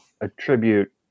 attribute